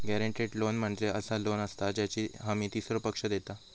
guaranteed loan म्हणजे असा loan असता ज्याची हमी तीसरो पक्ष देता